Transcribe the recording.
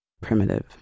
Primitive